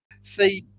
See